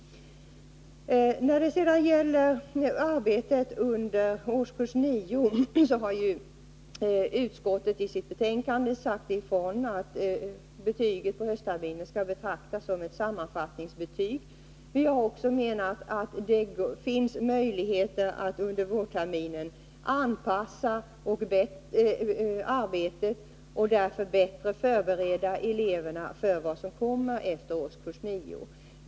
När det sedan gäller arbetet under årskurs 9 har utskottet i sitt betänkande sagt ifrån, att betyget på höstterminen skall betraktas som ett sammanfattningsbetyg. Vi har också menat att det finns möjligheter att under vårterminen anpassa arbetet och därmed bättre förbereda eleverna för vad som kommer efter årskurs 9.